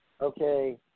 okay